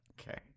Okay